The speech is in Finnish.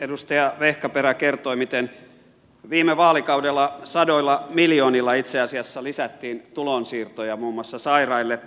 edustaja vehkaperä kertoi miten viime vaalikaudella sadoilla miljoonilla itse asiassa lisättiin tulonsiirtoja muun muassa sairaille